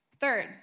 Third